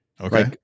okay